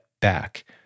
back